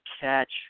catch